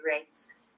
race